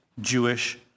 Jewish